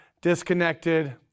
disconnected